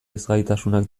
ezgaitasunak